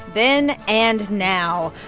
then and now,